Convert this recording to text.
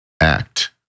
act